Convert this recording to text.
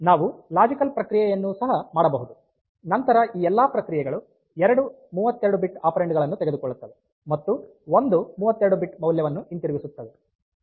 ನಾವು ಲಾಜಿಕಲ್ ಪ್ರಕ್ರಿಯೆಯನ್ನು ಸಹ ಮಾಡಬಹುದು ನಂತರ ಈ ಎಲ್ಲಾ ಪ್ರಕ್ರಿಯೆಗಳು ಎರಡು 32 ಬಿಟ್ ಆಪೆರಾನ್ಡ್ ಗಳನ್ನು ತೆಗೆದುಕೊಳ್ಳುತ್ತವೆ ಮತ್ತು ಒಂದು 32 ಬಿಟ್ ಮೌಲ್ಯವನ್ನು ಹಿಂತಿರುಗಿಸುತ್ತವೆ